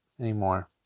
anymore